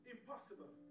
Impossible